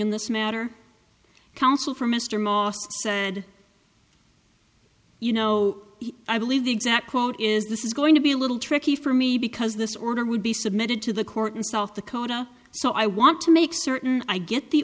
in this matter counsel for mr moss said you know i believe the exact quote is this is going to be a little tricky for me because this order would be submitted to the court in south dakota so i want to make certain i get the